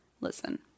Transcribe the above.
Listen